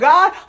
God